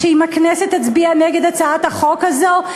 אם הכנסת תצביע נגד הצעת החוק הזאת,